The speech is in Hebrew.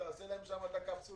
תעשה להם שם את הקפסולות,